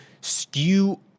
skew